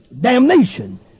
damnation